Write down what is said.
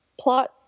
plot